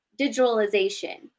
digitalization